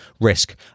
risk